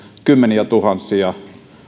kymmeniätuhansia